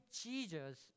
Jesus